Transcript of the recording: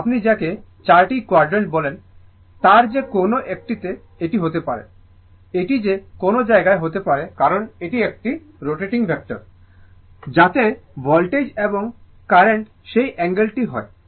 সুতরাং আপনি যাকে চারটি কোয়াডর্যান্ট বলেন তার যে কোনও একটিতে এটি হতে পারে এটি যে কোনও জায়গায় হতে পারে কারণ এটি একটি রোটেটিং ভেক্টর যাতে ভোল্টেজ এবং কারেন্টের সেই অ্যাঙ্গেলটি